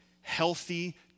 Healthy